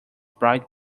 bright